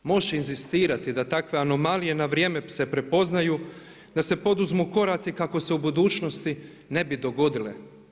Možeš inzistirati da takve anomalije na vrijeme se prepoznaju, da se poduzmu koraci kako se u budućnosti ne bi dogodile.